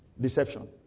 Deception